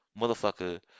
motherfucker